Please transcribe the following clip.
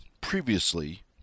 previously